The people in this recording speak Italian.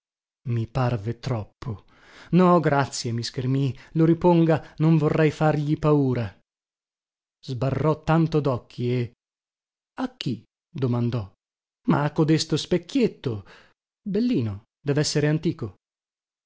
i parve troppo no grazie mi schermii lo riponga non vorrei fargli paura sbarrò tanto docchi e a chi domandò ma a codesto specchietto bellino devessere antico